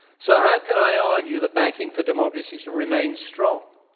so how can i argue that backing for democracy should remain strong?